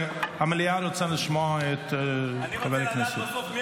המליאה רוצה לשמוע את חבר הכנסת.